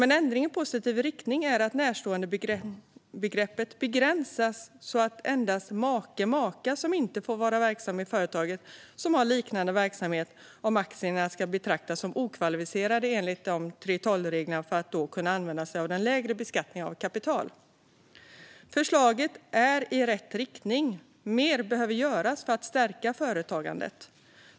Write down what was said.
En ändring i positiv riktning är att närståendebegreppet begränsas så att det endast är make eller maka som inte får vara verksam i företag som har liknande verksamhet om aktierna ska betraktas som okvalificerade enligt 3:12-reglerna, för att då kunna använda sig av den lägre beskattningen av kapital. Förslaget går i rätt riktning; mer behöver göras för att stärka företagandet.